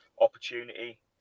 opportunity